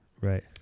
Right